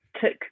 Took